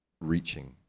reaching